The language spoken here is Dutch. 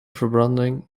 verbranding